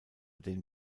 den